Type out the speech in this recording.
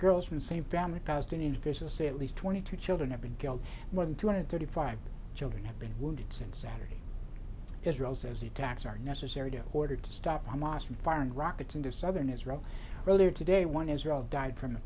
girls from the same family palestinian officials say at least twenty two children have been killed more than two hundred thirty five children have been wounded since saturday israel says attacks are necessary to order to stop hamas from firing rockets into southern israel earlier today one israel died from